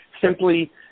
simply